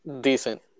decent